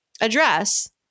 address